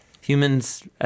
humans